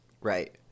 Right